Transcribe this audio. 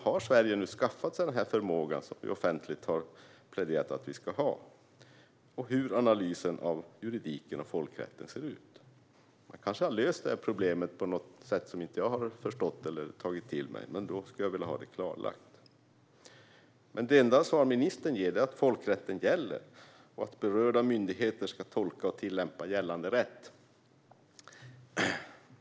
Har Sverige nu skaffat sig den förmåga som vi offentligt har pläderat för att vi ska ha? Hur ser analysen av de juridiska och folkrättsliga frågorna ut? Problemet kanske har lösts på ett sätt som jag inte har förstått eller tagit till mig, men då vill jag ha det klarlagt. Det enda svar ministern ger är att folkrätten gäller och att berörda myndigheter ska tolka och tillämpa gällande rätt.